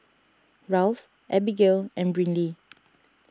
Ralph Abbigail and Brynlee